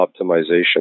optimization